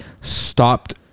stopped